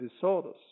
disorders